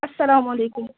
اَسلام علیکُم